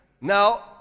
now